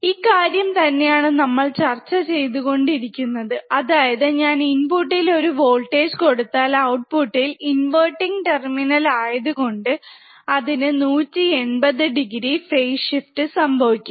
ഇക്കാര്യം തന്നെയാണ് നമ്മൾ ചർച്ച ചെയ്തുകൊണ്ടിരിക്കുന്നത് അതായത് ഞാൻ ഇൻപുട്ടിൽ ഒരു വോൾട്ടേജ് കൊടുത്താൽ ഔട്ട്പുട്ടിൽ ഇൻവെർട്ടിങ് ടെർമിനൽ ആയതുകൊണ്ട് അതിനു 180 ഡിഗ്രി ഫെയ്സ്ഷിഫ്റ്റ് സംഭവിക്കാം